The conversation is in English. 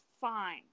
fine